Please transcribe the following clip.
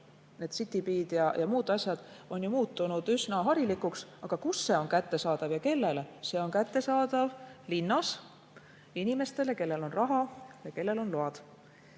muud sellised asjad, muutunud üsna harilikuks. Aga kus see on kättesaadav ja kellele? See on kättesaadav linnas inimestele, kellel on raha ja kellel on load.